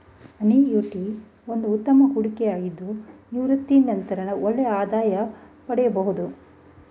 annuity ಒಂದು ಉತ್ತಮ ಹೂಡಿಕೆಯಾಗಿದ್ದು ನಿವೃತ್ತಿಯ ನಂತರ ಒಳ್ಳೆಯ ಆದಾಯ ಪಡೆಯಬಹುದು